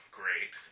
great